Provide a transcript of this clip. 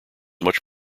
much